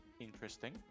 interesting